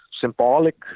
symbolic